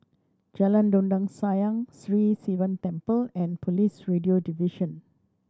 Jalan Dondang Sayang Sri Sivan Temple and Police Radio Division